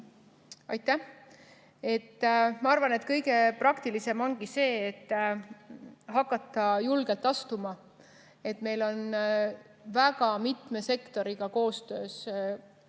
Aitäh! Ma arvan, et kõige praktilisem ongi see, et hakata julgelt astuma. Väga mitme sektoriga koostöös ja